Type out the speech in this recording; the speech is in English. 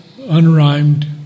unrhymed